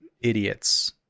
idiots